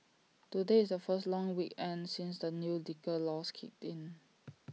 today is the first long weekend since the new liquor laws kicked in